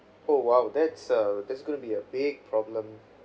oh !wow! that's uh that's gonna be a big problem